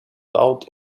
out